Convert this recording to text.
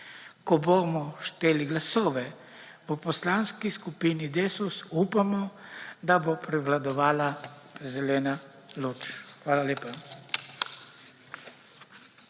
Ko bomo šteli glasove v Poslanski skupini Desus upamo, da bo prevladovala zelena luč. Hvala lepa.